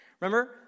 Remember